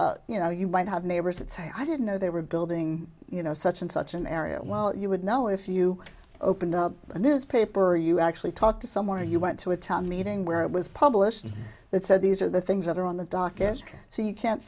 have you know you might have neighbors that say i didn't know they were building you know such and such an area well you would know if you open up a newspaper or you actually talk to someone or you went to a town meeting where it was published that said these are the things that are on the docket so you can't